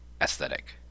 aesthetic